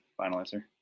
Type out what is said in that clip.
Finalizer